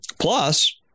Plus